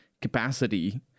capacity